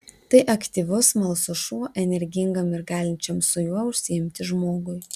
tai aktyvus smalsus šuo energingam ir galinčiam su juo užsiimti žmogui